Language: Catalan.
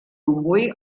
montbui